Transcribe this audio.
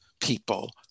people